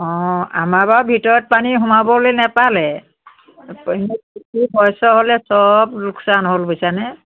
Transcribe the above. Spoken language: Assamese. অঁ আমাৰ বাৰু ভিতৰত পানী সোমাবলে নেপালে শস্য হ'লে চব লোকচান হ'ল বুজিছানে